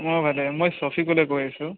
মোৰো ভালেই মই ছফিকুলে কৈ আছো